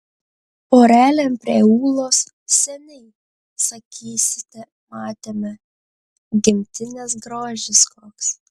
porelėm prie ūlos seniai sakysite matėme gimtinės grožis koks